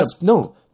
No